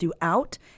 throughout